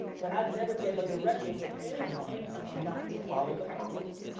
but i'd never gave a directive to anyone not to follow the policy,